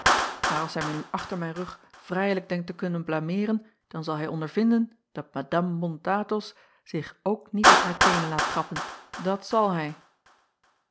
als hij mij nu achter mijn rug vrijelijk denkt te kunnen blameeren dan zal hij ondervinden dat adame ont thos zich ook niet op haar teenen laat trappen dat zal hij